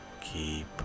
keep